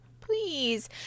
please